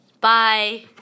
Bye